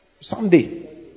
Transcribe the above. Someday